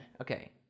Okay